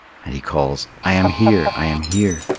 and he calls, i am here i am here,